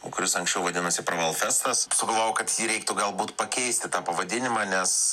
kuris anksčiau vadinosi pravalfestas sugalvojau kad jį reiktų galbūt pakeisti tą pavadinimą nes